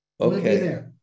Okay